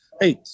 Hey